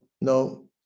no